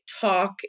talk